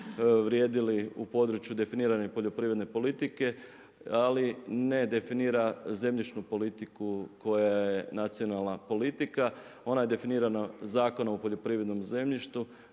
vrijedili u području definiranja poljoprivredne politike ali ne definira zemljišnu politiku koja je nacionalna politika, ona je definirana Zakonom o poljoprivrednom zemljištu,